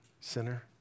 sinner